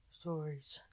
Stories